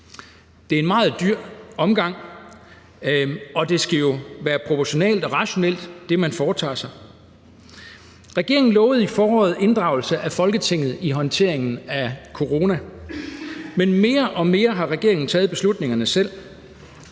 Det er en meget dyr omgang, og det, man foretager sig, skal jo være proportionelt og rationelt. Regeringen lovede i foråret inddragelse af Folketinget i håndteringen af corona, men mere og mere har regeringen taget beslutningerne selv.